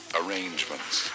arrangements